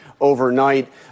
overnight